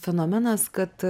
fenomenas kad